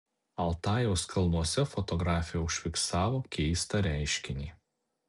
altajaus kalnuose fotografė užfiksavo keistą reiškinį